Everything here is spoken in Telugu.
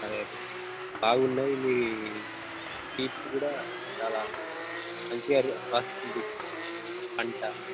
బాగున్నాయి మీ సీడ్స్ కూడా చాలా మంచిగా వస్తుంది అంటా